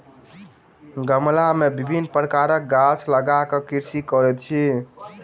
गमला मे विभिन्न प्रकारक गाछ लगा क कृषि करैत अछि